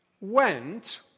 went